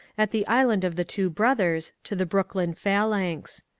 at the island of the two brothers, to the brooklyn phalanx.